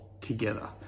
together